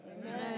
Amen